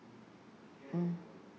mm